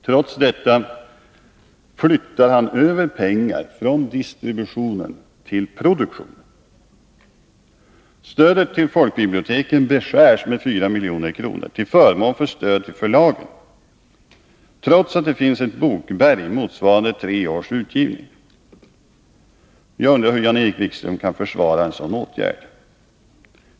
Trots detta flyttar han över pengar från distribution till produktion. Stödet till folkbiblioteken beskärs med 4 milj.kr. till förmån för stöd till förlagen, trots att det finns ett bokberg motsvarande tre års utgivning. Hur kan Jan-Erik Wikström försvara en sådan åtgärd?